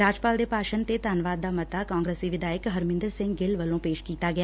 ਰਾਜਪਾਲ ਦੇ ਭਾਸ਼ਣ ਤੇ ਧੰਨਵਾਦ ਦਾ ਮੱਤਾ ਕਾਂਗਰਸੀ ਵਿਧਾਇਕ ਹਰਮਿੰਦਰ ਸਿੰਘ ਗਿੱਲ ਵੱਲੋਂ ਪੇਸ਼ ਕੀਤਾ ਗਿਆ